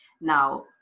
Now